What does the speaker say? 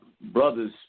Brothers